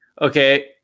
okay